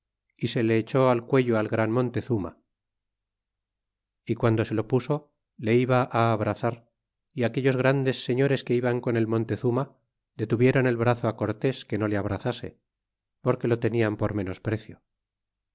y se le echó al cuello al gran monteztima y cuando se lo puso le iba abrazar y aquellos grandes señores que iban con el montezuma detuvieron el brazo á cortés que no le abrazase porque lo tenian por menosprecio